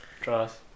Trust